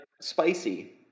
spicy